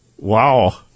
Wow